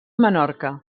menorca